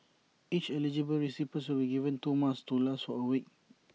each eligible recipient will be given two masks to last or A week